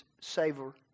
savor